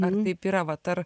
ar taip yra vat ar